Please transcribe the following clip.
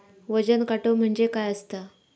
वजन काटो म्हणजे काय असता?